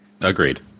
Agreed